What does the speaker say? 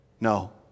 No